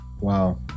Wow